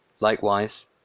Likewise